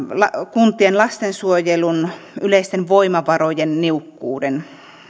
kuntien lastensuojelun yleisten voimavarojen niukkuuden